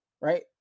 right